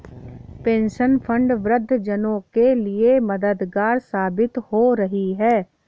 pension fund वृद्ध जनों के लिए मददगार साबित हो रही है